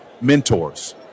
mentors